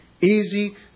easy